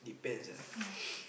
depends ah